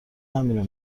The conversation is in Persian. همینو